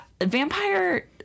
vampire